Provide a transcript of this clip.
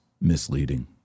misleading